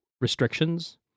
restrictions